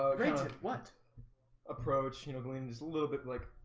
what approach you know glean just a little bit like